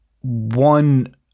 one